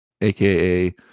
AKA